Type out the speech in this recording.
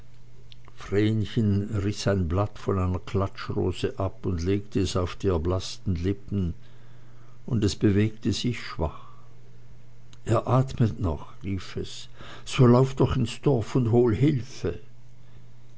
ein blatt von einer klatschrose ab und legte es auf die erblaßten lippen und es bewegte sich schwach er atmet noch rief es so lauf doch ins dorf und hol hilfe